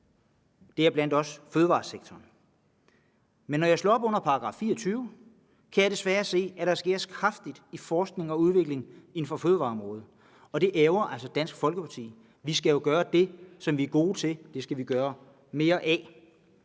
deriblandt også fødevaresektoren. Men når jeg slår op under § 24, kan jeg desværre se, at der skæres kraftigt i forskning og udvikling inden for fødevareområdet. Det ærgrer altså Dansk Folkeparti. Det, som vi er gode til, skal vi gøre mere af.